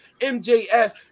MJF